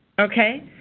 okay.